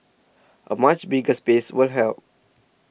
a much bigger space will help